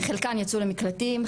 חלקן יצאו למקלטים,